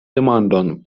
demandon